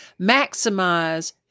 maximize